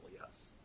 Yes